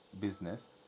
business